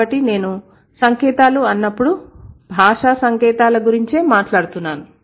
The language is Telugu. కాబట్టి నేను సంకేతాలు అన్నప్పుడు భాషా సంకేతాల గురించే మాట్లాడుతున్నాను